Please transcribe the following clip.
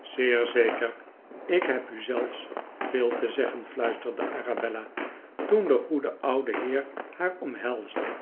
zeer zeker ik heb u zelfs veel te zeg gen fluisterde arabella toen de goede oude heer haar omhelsde r